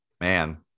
Man